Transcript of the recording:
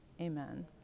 Amen